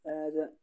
as a